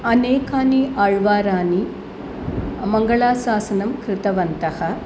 अनेकानि अल्वारानी मङ्गलाशासनं कृतवन्तः